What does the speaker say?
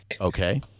Okay